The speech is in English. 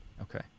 okay